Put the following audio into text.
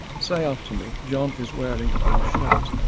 say after me john is wearing a blue shirt'.